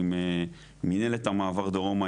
עם מינהלת המעבר דרומה,